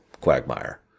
quagmire